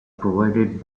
provided